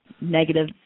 negative